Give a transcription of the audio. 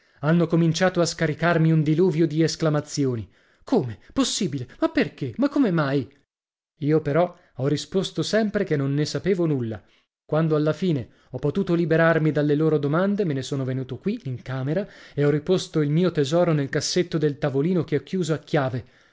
hanno cominciato a scaricarmi un diluvio di esclamazioni come possibile ma perché ma come mai io però ho risposto sempre che non ne sapevo nulla e quando alla fine ho potuto liberarmi dalle loro domande me ne son venuto qui in camera e ho riposto il mio tesoro nel cassetto del tavolino che ho chiuso a chiave